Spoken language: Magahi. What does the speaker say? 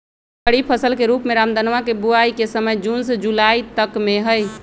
खरीफ फसल के रूप में रामदनवा के बुवाई के समय जून से जुलाई तक में हई